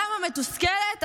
למה מתוסכלת?